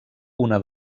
una